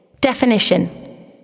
Definition